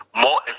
more